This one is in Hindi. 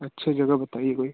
अच्छी जगह बताइए कोई